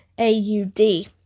a-u-d